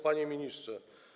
Panie Ministrze!